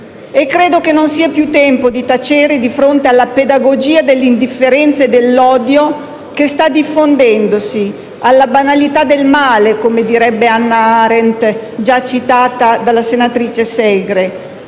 Credo che non sia più tempo di tacere di fronte alla pedagogia dell'indifferenza e dell'odio che sta diffondendosi, alla banalità del male, come direbbe Hannah Arendt, già citata dalla senatrice Segre.